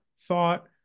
thought